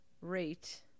rate